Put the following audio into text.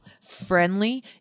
friendly